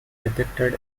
depicted